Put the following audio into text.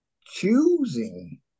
choosing